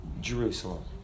Jerusalem